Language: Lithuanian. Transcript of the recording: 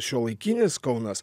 šiuolaikinis kaunas